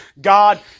God